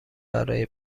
برا